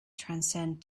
transcend